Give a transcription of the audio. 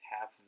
half